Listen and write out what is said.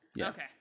Okay